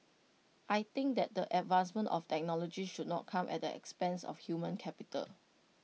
I think that the advancement of technology should not come at the expense of human capital